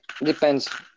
depends